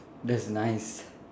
that's nice